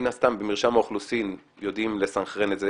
מן הסתם במרשם האוכלוסין יודעים לסנכרן את זה,